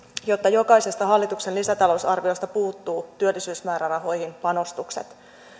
että jokaisesta hallituksen lisätalousarviosta puuttuvat työllisyysmäärärahoihin panostukset